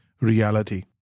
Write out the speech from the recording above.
reality